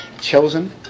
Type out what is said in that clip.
chosen